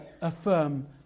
affirm